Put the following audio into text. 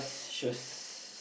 shows